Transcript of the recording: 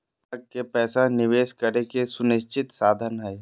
ग्राहक के पैसा निवेश करे के सुनिश्चित साधन हइ